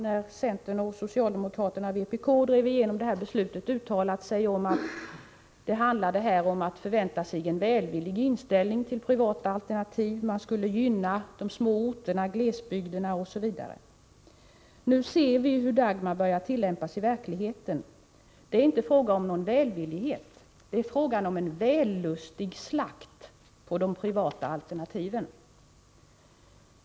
När centern, socialdemokraterna och vpk drev igenom det här beslutet uttalade man att man förväntade sig en välvillig inställning till privata alternativ. Man skulle gynna de små orterna, glesbygderna osv. Nu ser vi hur Dagmar börjar tillämpas i praktiken. Det är inte fråga om någon välvillighet. Det är fråga om en vällustig slakt på de privata alternativen.